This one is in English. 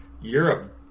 Europe